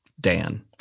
Dan